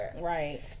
right